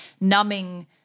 numbing